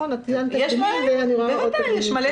יש הרבה תקדימים.